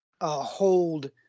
Hold